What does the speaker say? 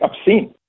obscene